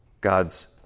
God's